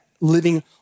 living